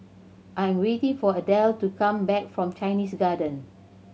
I am waiting for Adele to come back from Chinese Garden